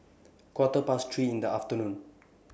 Quarter Past three in The afternoon